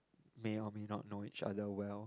may or may not know each other well